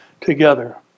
together